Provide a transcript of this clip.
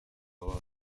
barwo